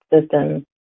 systems